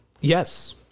Yes